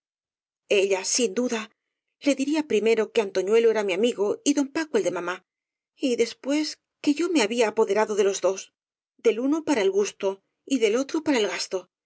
ella sin duda le diría primero que antoñuelo era mi amigo y don paco el de mamá y después que yo me había apoderado de los dos del uno para el gusto y del otro para el gasto